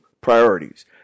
priorities